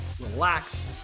relax